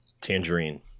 Tangerine